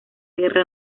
guerra